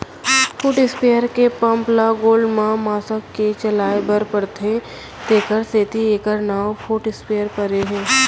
foot sprayer के pump ल गोड़ म मसक के चलाए बर परथे तेकर सेती एकर नांव फुट स्पेयर परे हे